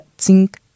zinc